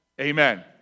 amen